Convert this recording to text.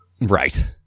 Right